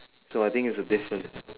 so I think there is a difference